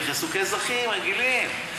נכנסו כאזרחים רגילים.